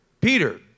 Peter